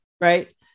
right